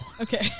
Okay